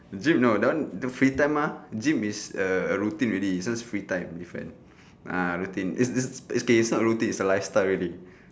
gym no that one do free time mah gym is a err routine already so is free time different ah routine is is okay is not routine is a lifestyle already